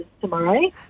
tomorrow